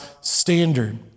standard